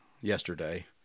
yesterday